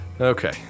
okay